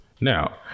Now